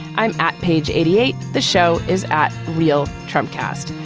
i'm at page eighty eight. the show is at real trump cast.